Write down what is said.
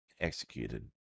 executed